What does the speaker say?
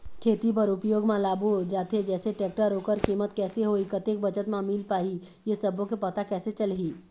खेती बर उपयोग मा लाबो जाथे जैसे टेक्टर ओकर कीमत कैसे होही कतेक बचत मा मिल पाही ये सब्बो के पता कैसे चलही?